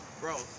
bro